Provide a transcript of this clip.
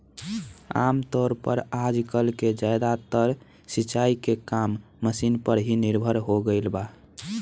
आमतौर पर आजकल के ज्यादातर सिंचाई के काम मशीन पर ही निर्भर हो गईल बा